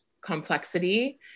complexity